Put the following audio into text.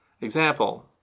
example